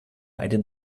einem